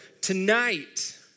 Tonight